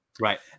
Right